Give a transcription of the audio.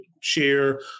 share